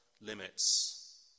limits